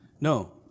No